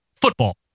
football